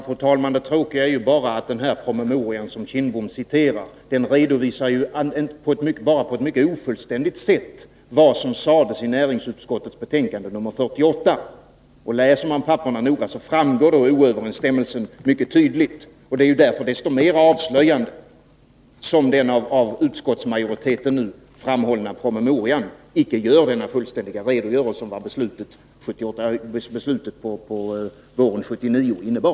Fru talman! Det tråkiga är att den här promemorian som Bengt Kindbom refererar bara på ett mycket ofullständigt sätt redovisar vad som sades i näringsutskottets betänkande 1978/79:48. Läser man papperen noga framgår oöverensstämmelsen mycket tydligt. Därför är det desto mera avslöjande att den av utskottsmajoriteten nu framhållna promemorian icke ger en fullständig redogörelse för vad beslutet på våren 1979 innebar.